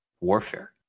warfare